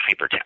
hypertext